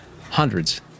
hundreds